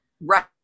Right